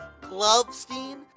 Glovestein